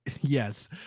Yes